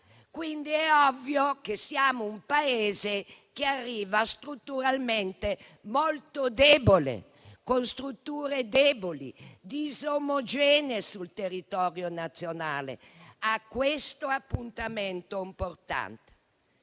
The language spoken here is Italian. Quindi, è ovvio che siamo un Paese che arriva strutturalmente molto debole, con strutture deboli disomogenee sul territorio nazionale, a questo appuntamento importante.